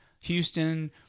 Houston